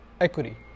equity